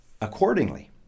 accordingly